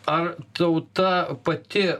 ar tauta pati